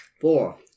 Four